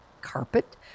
carpet